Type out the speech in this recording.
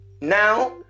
Now